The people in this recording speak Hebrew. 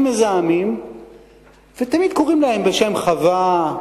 מזהמים ותמיד קוראים להם בשם "חווה",